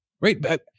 Right